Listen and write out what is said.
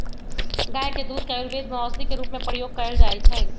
गाय के दूध के आयुर्वेद में औषधि के रूप में प्रयोग कएल जाइ छइ